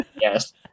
Yes